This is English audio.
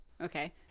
okay